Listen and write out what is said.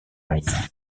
live